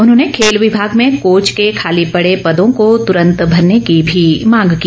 उन्होंने खेल विभाग में कोच के खाली पड़े पदों को तुरंत भरने की भी मांग की